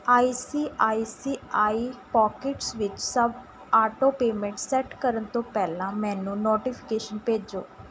ਆਈ C I C I Pockets ਵਿੱਚ ਸਭ auto payments set ਕਰਨ ਤੋਂ ਪਹਿਲਾਂ ਮੈਨੂੰ ਨੋਟੀਫਿਕੇਸ਼ਨ ਭੇਜੋ